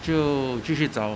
就继续找